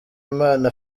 impano